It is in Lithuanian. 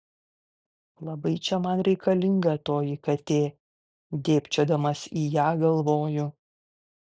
labai čia man reikalinga toji katė dėbčiodamas į ją galvoju